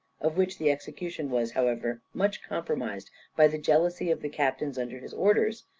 of which the execution was, however, much compromised by the jealousy of the captains under his orders,